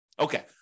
Okay